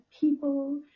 people